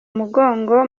umugongo